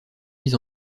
mis